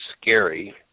scary